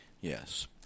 Yes